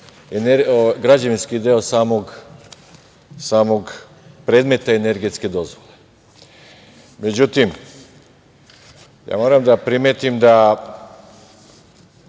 građevinski deo samog predmeta energetske dozvole.Međutim, moram da primetim da